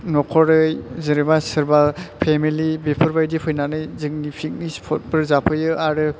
नखरै जेनोबा सोरबा फेमेलि बेफोरबायदि फैनानै जोंनि फिकनिक स्पदफोर जाफैयो आरो